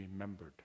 remembered